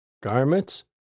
garments